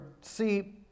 See